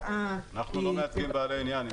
אנחנו לא מייצגים בעלי עניין, אני